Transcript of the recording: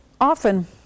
Often